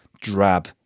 drab